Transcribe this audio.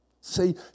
See